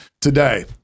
today